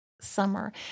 summer